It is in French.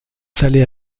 salé